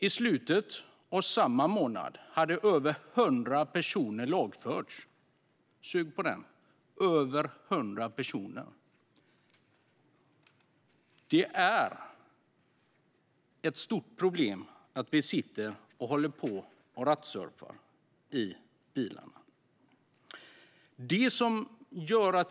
I slutet av samma månad hade över 100 personer lagförts - sug på den! Det är ett stort problem att vi sitter och rattsurfar i bilarna.